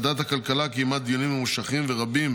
ועדת הכלכלה קיימה דיונים ממושכים ורבים